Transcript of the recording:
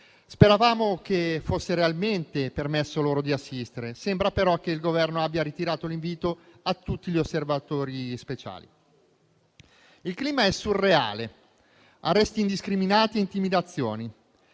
Speravamo che fosse realmente permesso loro di assistere. Sembra però che il Governo abbia ritirato l'invito a tutti gli osservatori speciali. Il clima è surreale: arresti indiscriminati, intimidazioni